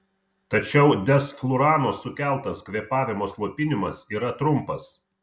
tačiau desflurano sukeltas kvėpavimo slopinimas yra trumpas